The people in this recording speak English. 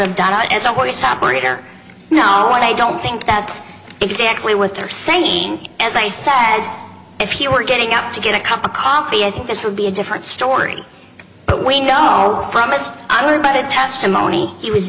have done it as a horse operator no i don't think that's exactly what they're saying as i said if you were getting up to get a cup of coffee i think this would be a different story but we know from us i don't buy the testimony he was